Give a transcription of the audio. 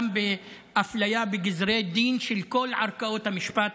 גם מאפליה בגזרי דין של כל ערכאות המשפט,